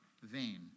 vain